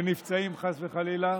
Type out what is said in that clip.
חס וחלילה,